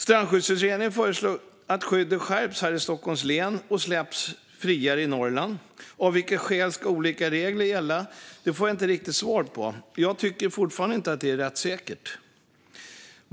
Strandskyddsutredningen föreslog att skyddet skärps i Stockholms län och släpps friare i Norrland. Av vilka skäl ska olika regler gälla? Det får jag inte riktigt svar på. Jag tycker fortfarande inte att det är rättssäkert.